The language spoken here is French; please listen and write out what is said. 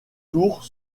tours